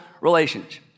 relations